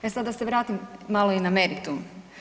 E sad da se vratim malo i na meritum.